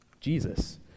Jesus